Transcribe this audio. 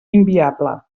inviable